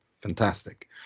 fantastic